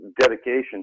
dedication